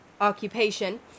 occupation